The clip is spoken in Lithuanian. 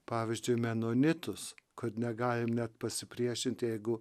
pavyzdžiui menonitus kad negalim net pasipriešinti jeigu